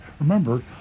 remember